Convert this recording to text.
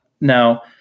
Now